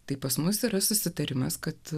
tai pas mus yra susitarimas kad